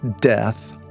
death